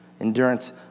Endurance